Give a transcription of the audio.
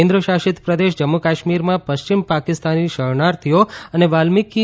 કેન્દ્રશાસિત પ્રદેશ જમ્મુ કાશ્મીરમાં પશ્ચિમ પાકિસ્તાની શરણાર્થીઓ અને વાલ્મિકી